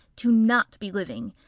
to not be living.